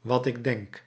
wat ik denk